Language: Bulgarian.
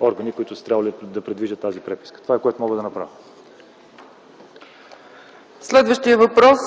органи, които е трябвало да придвижат тази преписка. Това е, което мога да направя. ПРЕДСЕДАТЕЛ ЦЕЦКА ЦАЧЕВА: Следващият въпрос